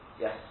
yes